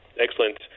Excellent